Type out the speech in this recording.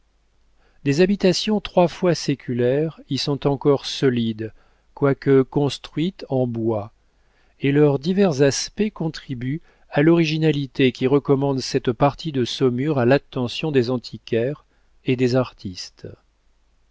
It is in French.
des habitations trois fois séculaires y sont encore solides quoique construites en bois et leurs divers aspects contribuent à l'originalité qui recommande cette partie de saumur à l'attention des antiquaires et des artistes